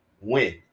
win